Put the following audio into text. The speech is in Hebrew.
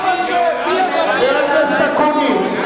חבר הכנסת אקוניס,